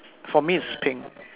for me is pink